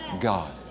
God